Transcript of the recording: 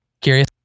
curious